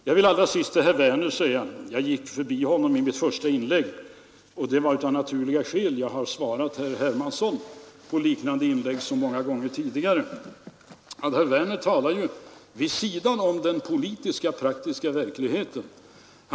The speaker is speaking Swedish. Jag vill till sist säga några ord till herr Werner i Tyresö. Jag gick av naturliga skäl förbi honom i mitt första inlägg jag har svarat herr Hermansson på liknande inlägg så många gånger tidigare. Herr Werner talar vid sidan av den praktiska, politiska verkligheten.